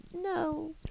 no